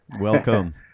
welcome